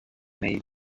may